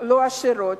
לא עשירות,